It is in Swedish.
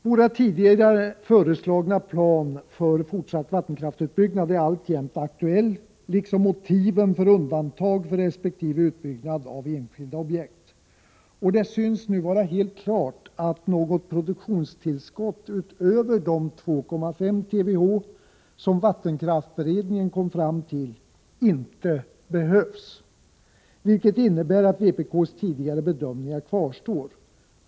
Vpk:s tidigare föreslagna plan för fortsatt vattenkraftsutbyggnad är alltjämt aktuell, liksom motiven för undantag för resp. utbyggnad av enskilda objekt. Det synes nu stå helt klart att något produktionstillskott utöver de 2,5 TWh som vattenkraftsberedningen kom fram till inte behövs, vilket innebär att vpk:s tidigare bedömningar kvarstår.